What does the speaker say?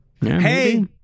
Hey